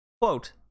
quote